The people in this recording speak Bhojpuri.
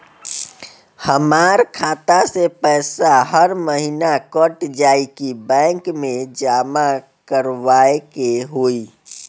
हमार खाता से पैसा हर महीना कट जायी की बैंक मे जमा करवाए के होई?